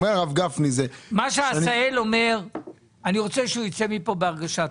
אני רוצה שעשהאל ייצא מפה בהרגשה טובה.